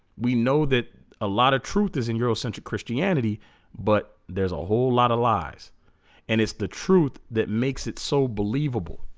we know that a lot of truth is in eurocentric christianity but there's a whole lot of lies and it's the truth that makes it so believable